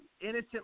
innocent